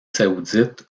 saoudite